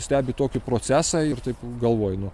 stebi tokį procesą ir taip galvoju nu